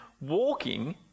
walking